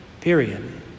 period